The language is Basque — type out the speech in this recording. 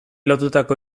lotutako